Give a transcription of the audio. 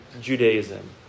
Judaism